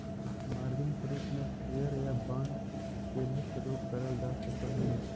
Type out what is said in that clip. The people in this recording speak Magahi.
मार्जिन के रूप में शेयर या बांड के भी प्रयोग करल जा सकऽ हई